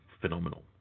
phenomenal